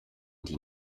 die